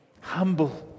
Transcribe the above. humble